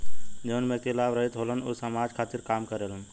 जवन व्यक्ति लाभ रहित होलन ऊ समाज खातिर काम करेलन